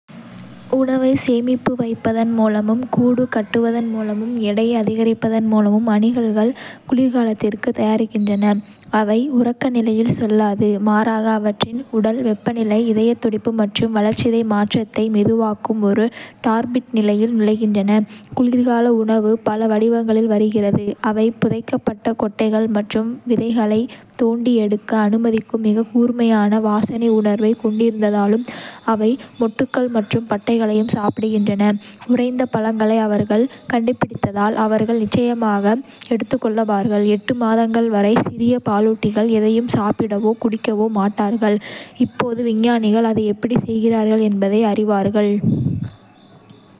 உணவை சேமித்து வைப்பதன் மூலமும், கூடு கட்டுவதன் மூலமும், எடையை அதிகரிப்பதன் மூலமும் அணில்கள் குளிர்காலத்திற்கு தயாராகின்றன. அவை உறக்கநிலையில் செல்லாது, மாறாக அவற்றின் உடல் வெப்பநிலை, இதயத் துடிப்பு மற்றும் வளர்சிதை மாற்றத்தை மெதுவாக்கும் ஒரு டார்பிட் நிலையில் நுழைகின்றன. குளிர்கால உணவு பல வடிவங்களில் வருகிறது. அவை புதைக்கப்பட்ட கொட்டைகள் மற்றும் விதைகளை தோண்டி எடுக்க அனுமதிக்கும் மிக கூர்மையான வாசனை உணர்வைக் கொண்டிருந்தாலும், அவை மொட்டுகள் மற்றும் பட்டைகளையும் சாப்பிடுகின்றன. உறைந்த பழங்களை அவர்கள் கண்டுபிடித்தால், அவர்கள் நிச்சயமாக எடுத்துக்கொள்வார்கள். மாதங்கள் வரை, சிறிய பாலூட்டிகள் எதையும் சாப்பிடவோ குடிக்கவோ மாட்டார்கள் - இப்போது விஞ்ஞானிகள் அதை எப்படி செய்கிறார்கள் என்பதை அறிவார்கள்.